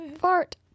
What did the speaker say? fart